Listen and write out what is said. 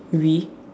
we